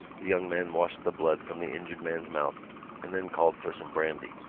the young man washed the blood from the injured man's mouth and then called for some brandy.